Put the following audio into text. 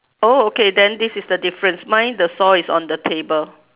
oh okay then this is the difference mine the saw is on the table